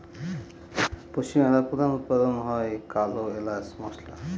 পশ্চিম বাংলায় প্রধান উৎপাদন হয় কালো এলাচ মসলা